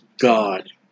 God